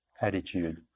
attitude